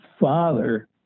father